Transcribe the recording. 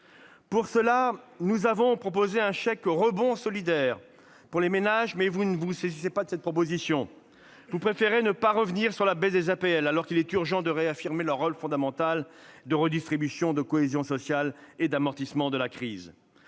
Pour cela, nous avons proposé un chèque « rebond solidaire » pour les ménages, mais vous ne vous saisissez pas de cette proposition. Vous préférez ne pas revenir sur la baisse des aides personnalisées au logement, les APL, alors qu'il est urgent de réaffirmer leur rôle fondamental de redistribution, de cohésion sociale et d'amortissement de la crise.